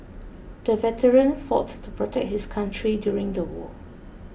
the veteran fought to protect his country during the war